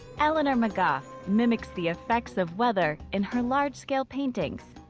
eleanor mcgough mimics the effects of weather in her large-scale paintings.